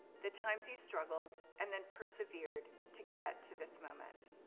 the times you struggled, and then persevered to get to this moment.